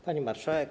Pani Marszałek!